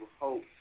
hope